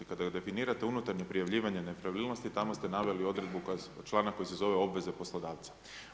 Kada definirati unutarnje prijavljivanje nepravilnosti, tamo ste naveli odredbu, članak, koji se zove obveza poslodavca.